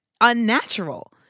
unnatural